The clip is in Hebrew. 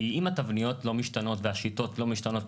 כי אם התבניות לא משתנות והשיטות לא משתנות,